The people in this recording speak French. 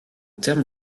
termes